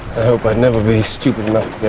hope i'll never be stupid enough